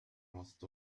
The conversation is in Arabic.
وسط